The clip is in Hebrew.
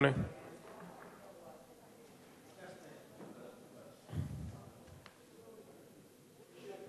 החלטת ועדת הפנים והגנת